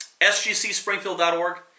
sgcspringfield.org